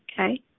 Okay